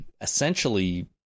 essentially